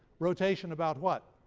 rotation about what?